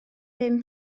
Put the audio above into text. bum